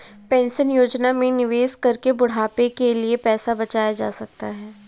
pension योजना में निवेश करके बुढ़ापे के लिए पैसा बचाया जा सकता है